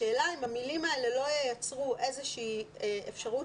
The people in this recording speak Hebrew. השאלה אם המילים האלה לא ייצרו איזושהי אפשרות